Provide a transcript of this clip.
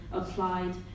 applied